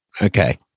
Okay